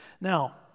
Now